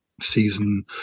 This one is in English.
season